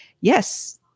yes